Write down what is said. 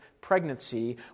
pregnancy